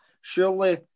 surely